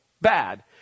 bad